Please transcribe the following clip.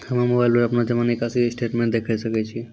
हम्मय मोबाइल पर अपनो जमा निकासी स्टेटमेंट देखय सकय छियै?